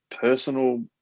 personal